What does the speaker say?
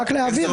רק להבהיר,